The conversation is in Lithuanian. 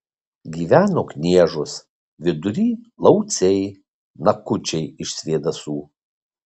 gyveno kniežos vidury lauciai nakučiai iš svėdasų